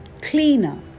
cleaner